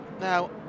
now